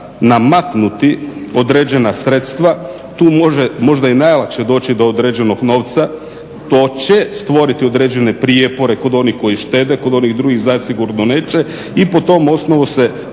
namaknuti određena sredstva tu je možda i najlakše doći do određenog novca to će stvoriti određene prijepore kod onih koji štede, kod onih drugih zasigurno neće i po tom osnovu se